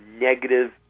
negative